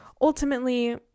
ultimately